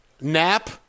nap